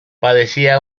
padecía